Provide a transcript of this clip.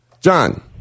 John